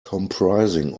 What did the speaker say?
comprising